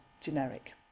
generic